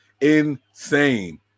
insane